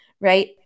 right